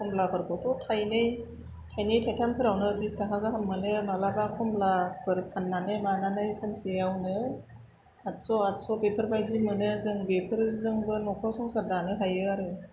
खमलाफोरखौथ' थाइनै थाइनै थाइथामफोरावनो बिस थाखा गाहाम मोनो मालाबा खमलाफोर फाननानै मानानै सानसेआवनो साथस' आथस' बेफोरबायदि मोनो जों बिफोरजोंबो नखर संसार दानो हायो आरो